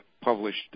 published